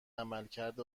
عملکرد